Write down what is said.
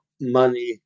money